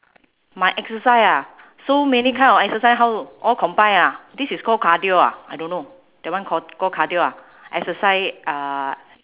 my exercise ah so many kind of exercise how all combine ah this is call cardio ah I don't know that one called called cardio ah exercise uh